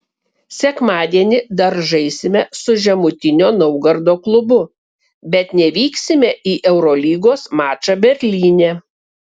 sekmadienį dar žaisime su žemutinio naugardo klubu bet nevyksime į eurolygos mačą berlyne